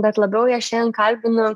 bet labiau ją šiandien kalbinu